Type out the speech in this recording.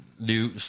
New